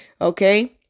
Okay